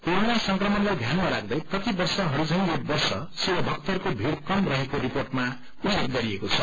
corona संक्रमणलाई ध्यानमा राख्दै प्रतिवर्षहरू म्नै यो वर्ष शिव भक्तहरूको भीड़ कम रहेको रिपोंटमा उल्लेख गरिएको छ